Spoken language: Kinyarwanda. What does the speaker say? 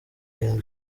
irindwi